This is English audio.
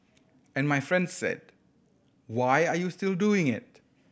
and my friend said Why are you still doing it